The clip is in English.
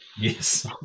Yes